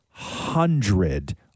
hundred